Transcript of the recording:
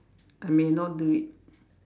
I may not do it